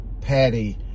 Patty